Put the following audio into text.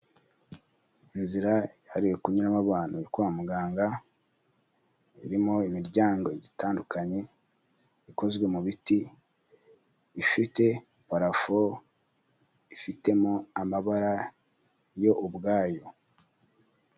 Inzira yahariwe kunyuramo abantu kwa muganga, irimo imiryango itandukanye ikozwe mu biti, ifite parafo ifitemo amabara yo ubwayo.